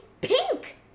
pink